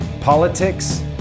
politics